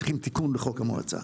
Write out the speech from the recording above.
צריכים תיקון לחוק המועצה.